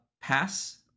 pass